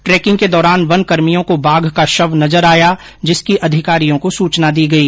trekking के दौरान वन कर्मियों को बाघ का शव नजर आया जिसकी अधिकारियों को सूचना दी गई